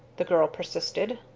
the girl persisted.